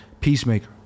Peacemaker